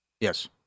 Yes